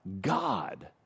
God